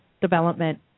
development